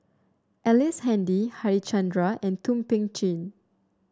Ellice Handy Harichandra and Thum Ping Tjin